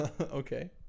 Okay